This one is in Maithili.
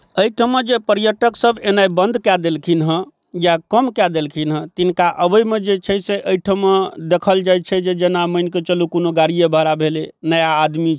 एहिठाम जे पर्यटक सब अएनाइ बन्द कऽ देलखिन हँ या कम कऽ देलखिन हँ तिनका अबैमे जे छै से एहिठाम देखल जाए छै जे जेना मानिकऽ चलू कोनो गाड़िए भाड़ा भेलै नया आदमी छै